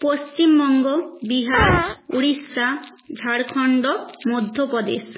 Paschimbanga Bihar Orissa Jharkhand Madhya Pradesh